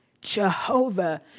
Jehovah